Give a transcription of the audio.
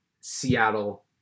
Seattle